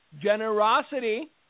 Generosity